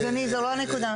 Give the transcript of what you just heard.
אדוני, זו לא הנקודה.